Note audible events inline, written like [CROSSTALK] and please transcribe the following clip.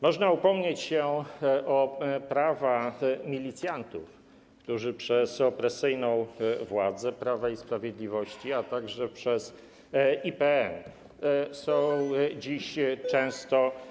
Można upomnieć się o prawa milicjantów, którzy przez opresyjną władzę Prawa i Sprawiedliwości, a także przez IPN [NOISE] są dziś często.